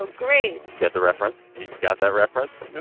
great. get the reference. he got that reference.